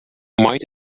might